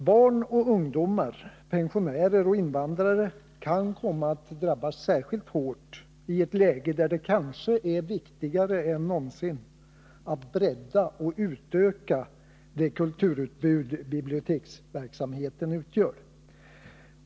Barn och ungdomar, pensionärer och invandrare kan komma att drabbas särskilt hårt i ett läge då det kanske är viktigare än någonsin att vi breddar och utökar det kulturutbud biblioteksverksamheten utgör.